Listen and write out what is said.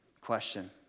Question